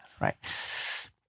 right